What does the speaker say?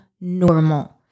normal